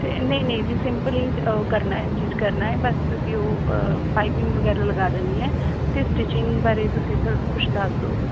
ਨਹੀਂ ਨਹੀਂ ਜੀ ਸਿੰਪਲੀ ਕਰਨਾ ਏ ਸਟਿੱਚ ਕਰਨਾ ਏ ਬਸ ਤੁਸੀਂ ਉਹ ਪਾਈਪਿੰਗ ਵਗੈਰਾ ਲਗਾ ਦੇਣੀ ਹੈ ਅਤੇ ਸਟਿਚਿੰਗ ਬਾਰੇ ਤੁਸੀਂ ਕੁਛ ਦੱਸ ਦੋ